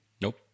Nope